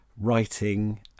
writing